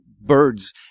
birds